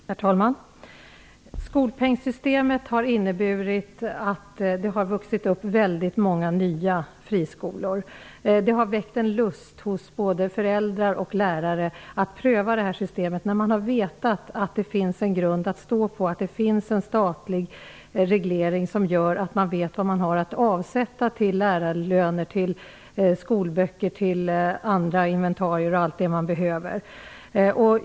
Herr talman! Skolpengssystemet har inneburit att det har vuxit upp många nya friskolor. Det har väckt en lust hos både föräldrar och lärare att pröva det här systemet, när man har vetat att det finns en grund att stå på, att det finns en statlig reglering som gör att man vet vad man har att avsätta till lärarlöner, till skolböcker, till inventarier och allt vad man behöver.